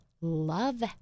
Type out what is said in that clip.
love